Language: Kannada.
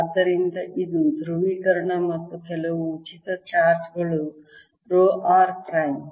ಆದ್ದರಿಂದ ಇದು ಧ್ರುವೀಕರಣ ಮತ್ತು ಕೆಲವು ಉಚಿತ ಚಾರ್ಜ್ ಗಳು ರೋ r ಪ್ರೈಮ್